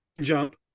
Jump